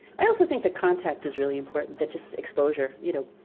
i also think that contact is really important. that just exposure, you know,